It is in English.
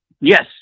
Yes